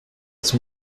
zum